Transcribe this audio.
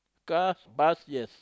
cars bus yes